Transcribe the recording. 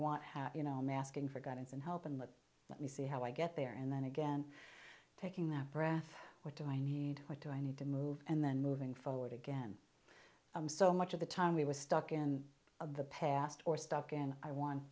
want you know i'm asking for guidance and help and let me see how i get there and then again taking that breath what do i need what do i need to move and then moving forward again i'm so much of the time we were stuck in the past or stuck and i want